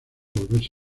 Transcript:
volverse